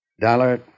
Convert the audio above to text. Dollar